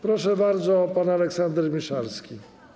Proszę bardzo, pan Aleksander Miszalski.